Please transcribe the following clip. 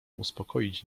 uspokoić